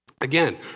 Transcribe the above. Again